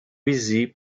wizji